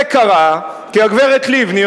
זה קרה כי הגברת לבני,